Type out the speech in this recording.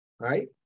right